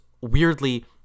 weirdly